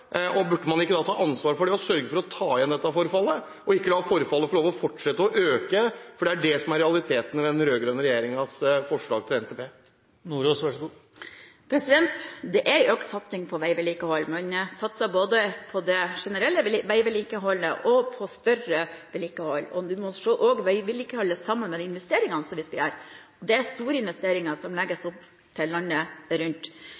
veistandard? Burde man ikke da ta ansvar for det, sørge for å ta igjen dette forfallet, og ikke la forfallet få fortsette å øke – for det er det som er realiteten med den rød-grønne regjeringens forslag til NTP? Det er en økt satsing på veivedlikehold. Man satser både på det generelle veivedlikeholdet og på større vedlikehold, og man må også se veivedlikeholdet sammen med de investeringene som vi skal gjøre. Det er store investeringer det legges opp til rundt i landet. Næringslivets Hovedorganisasjon er vært helt tydelig på at det er en god Nasjonal transportplan, som